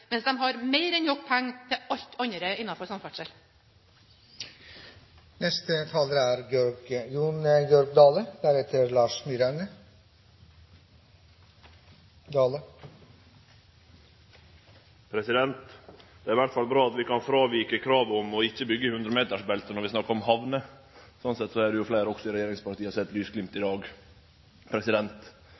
mens de har mer enn nok penger til alt annet innafor samferdsel. Det er i alle fall bra at vi kan fråvike kravet om ikkje å byggje i hundremetersbeltet når vi snakkar om hamner. Sånn sett er det fleire i regjeringspartia som har sett lysglimt i dag.